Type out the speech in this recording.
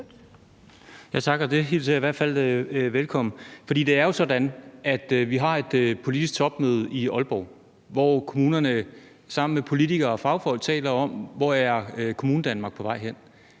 (V): Tak, og det hilser jeg i hvert fald velkommen. For det er jo sådan, at vi har et politisk topmøde i Aalborg, hvor kommunerne sammen med politikere og fagfolk taler om, hvor Kommunedanmark er på vej hen.